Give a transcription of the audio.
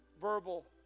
verbal